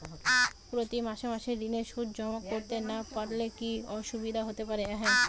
প্রতি মাসে মাসে ঋণের সুদ জমা করতে না পারলে কি অসুবিধা হতে পারে?